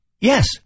Yes